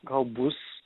gal bus